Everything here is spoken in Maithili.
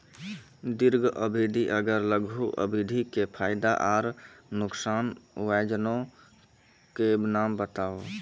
दीर्घ अवधि आर लघु अवधि के फायदा आर नुकसान? वयोजना के नाम बताऊ?